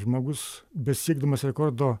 žmogus besiekdamas rekordo